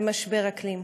במשבר אקלים,